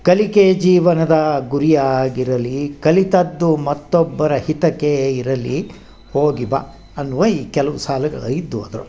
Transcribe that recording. ಕಲಿಕೆ ಜೀವನದ ಗುರಿಯಾಗಿರಲಿ ಕಲಿತದ್ದು ಮತ್ತೊಬ್ಬರ ಹಿತಕ್ಕೆ ಇರಲಿ ಹೋಗಿ ಬಾ ಅನ್ನುವ ಈ ಕೆಲವು ಸಾಲುಗಳು ಇದ್ದವು ಅದರೊಳ್ಗೆ